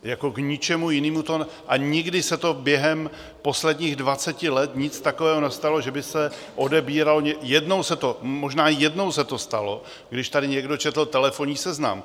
Jako k ničemu jinému to, a nikdy se to během posledních dvaceti let nic takového nestalo, že by se odebíralo, možná jednou se to stalo, když tady někdo četl telefonní seznam.